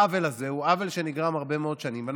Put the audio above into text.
העוול הזה נגרם הרבה מאוד שנים,